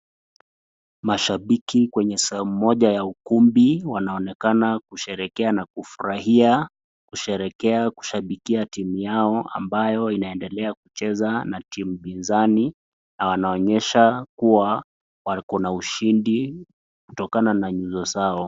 Mashabiki kwenye saa moja ya ukumbi wanaonekana kusherekea na kufurahia. Kusherekea kushabikia timu yao ambayo inaendelea kucheza na timu pinzani na wanaonyesha kuwa wako na ushindi kutokana na nyuso zao.